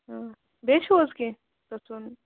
آ بییہِ چھِو حظ کینٛہہ پرٛژھُن